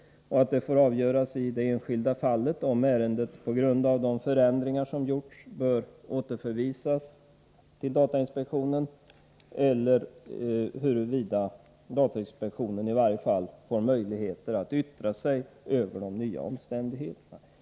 Man får avgöra i det enskilda fallet om ärendet på grund av de förändringar som skett bör återförvisas till datainspektionen eller huruvida datainspektionen i varje fall skall ha möjlighet att yttra sig beträffande de nya omständigheterna.